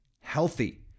healthy